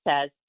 says